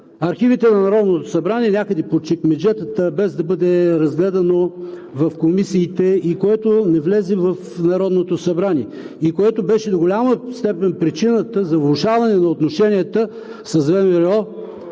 архивите на Народното събрание някъде по чекмеджетата, без да бъде разгледано в комисиите и което не влезе в Народното събрание? То беше до голяма степен причината за влошаване на отношенията с ВМРО